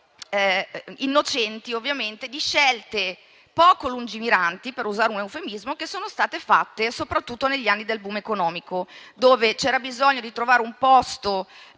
innocenti ovviamente, di scelte poco lungimiranti - per usare un eufemismo - che sono state fatte soprattutto negli anni del *boom* economico, quando c'era bisogno di trovare un posto